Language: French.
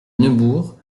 neubourg